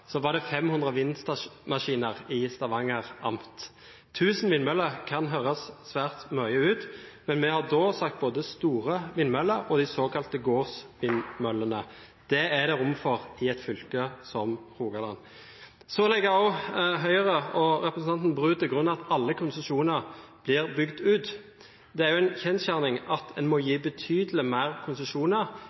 så fall for seg at disse skal bygges? Ved inngangen til 1900-tallet var det 500 vindmaskiner i Stavanger Amt. Tusen vindmøller kan høres svært mye ut, men da snakker vi om både store vindmøller og de såkalte gårdsvindmøllene. Det er det rom for i et fylke som Rogaland. Høyre, og representanten Bru, legger også til grunn at alle konsesjoner blir bygd ut, men det er en kjensgjerning at en må gi betydelig flere konsesjoner